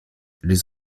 les